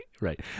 right